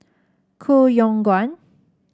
Koh Yong Guan